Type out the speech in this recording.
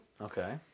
Okay